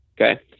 okay